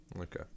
Okay